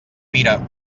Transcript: pira